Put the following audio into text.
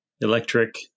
Electric